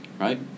right